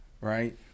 Right